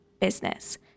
business